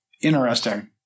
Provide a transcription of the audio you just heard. interesting